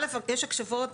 יש הקשבות.